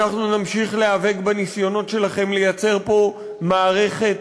אנחנו נמשיך להיאבק בניסיונות שלכם לייצר פה מערכת